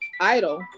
idle